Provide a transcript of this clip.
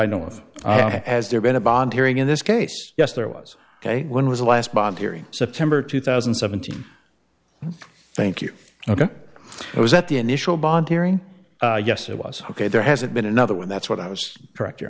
i know of has there been a bond hearing in this case yes there was ok when was the last bond hearing september two thousand and seventeen thank you ok it was at the initial bond hearing yes it was ok there hasn't been another one that's what i was correct your